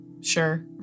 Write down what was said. sure